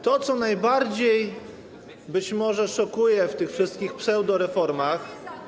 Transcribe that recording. To, co najbardziej być może szokuje w tych wszystkich pseudoreformach.